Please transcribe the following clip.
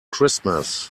christmas